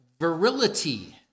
virility